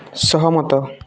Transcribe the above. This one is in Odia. ସହମତ